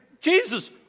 jesus